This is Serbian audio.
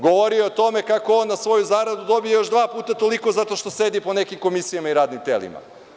Govorio je o tome kako on na svoju zaradu dobije još dva puta toliko, zato što sedi po nekim komisijama i radnim telima.